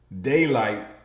daylight